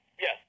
Yes